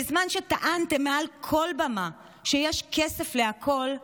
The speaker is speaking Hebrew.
בזמן שטענתם מעל כל במה שיש כסף לכול,